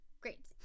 Great